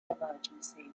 emergency